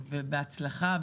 ובהצלחה.